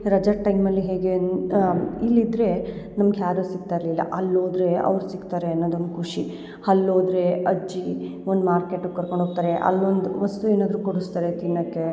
ರಜದ ಟೈಮಲ್ಲಿ ಹೇಗೆ ಇಲ್ಲಿದ್ದರೆ ನಮ್ಗೆ ಯಾರೂ ಸಿಗ್ತಾ ಇರಲಿಲ್ಲ ಅಲ್ಲಿ ಹೋದ್ರೇ ಅವ್ರು ಸಿಗ್ತಾರೆ ಅನ್ನೋದೊಂದು ಖುಷಿ ಅಲ್ ಹೋದ್ರೆ ಅಜ್ಜಿ ಒಂದು ಮಾರ್ಕೆಟುಗೆ ಕರ್ಕೊಂಡೋಗ್ತಾರೆ ಅಲ್ಲೊಂದು ವಸ್ತು ಏನಾದ್ರೂ ಕೊಡಿಸ್ತಾರೆ ತಿನ್ನಕ್ಕೆ